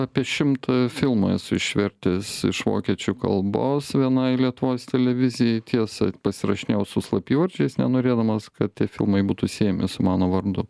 apie šimtą filmų esu išvertęs iš vokiečių kalbos vienai lietuvos televizijai tiesa pasirašinėjau su slapyvardžiais nenorėdamas kad tie filmai būtų siejami su mano vardu